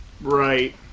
Right